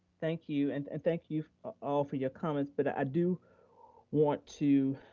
thank you and thank you all for your comments, but i do want to